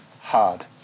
hard